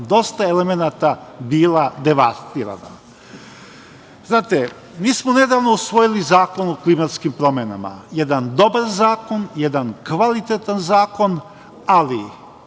dosta elemenata bila devastirana. Znate, mi smo nedavno usvojili Zakon o klimatskim promenama. To je jedan dobar i kvalitetan zakon, ali